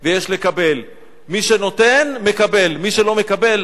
ויש לקבל, מי שנותן מקבל,